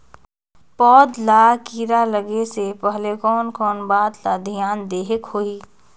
पौध ला कीरा लगे से पहले कोन कोन बात ला धियान देहेक होही?